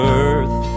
earth